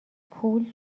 پول